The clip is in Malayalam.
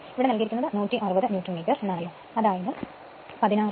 ഇവിടെ നൽകിയിരിക്കുന്നത് 160 ന്യൂട്ടൺ മീറ്റർ എന്നാണലോ അതായത് 16